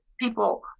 people